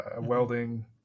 welding